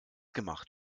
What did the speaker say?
gemacht